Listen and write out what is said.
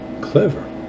Clever